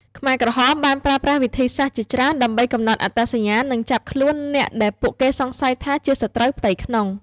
ខ្មែរក្រហមបានប្រើប្រាស់វិធីសាស្រ្តជាច្រើនដើម្បីកំណត់អត្តសញ្ញាណ និងចាប់ខ្លួនអ្នកដែលពួកគេសង្ស័យថាជាសត្រូវផ្ទៃក្នុង។